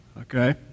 Okay